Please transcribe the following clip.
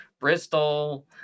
bristol